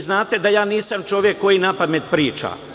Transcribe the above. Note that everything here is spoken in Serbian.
Znate da ja nisam čovek koji napamet priča.